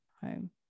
home